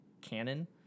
canon